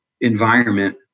environment